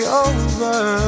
over